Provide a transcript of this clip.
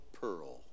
Pearl